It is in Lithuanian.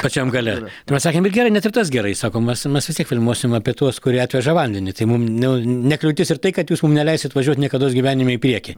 pačiam gale mes sakėm ir gerai net ir tas gerai sakom mes mes vistiek filmuosim apie tuos kurie atveža vandenį tai mum nu ne kliūtis ir tai kad jūs mum neleisit važiuot niekados gyvenime į priekį